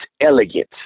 elegant